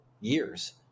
years